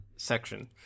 section